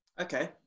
okay